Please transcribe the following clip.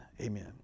Amen